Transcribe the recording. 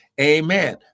Amen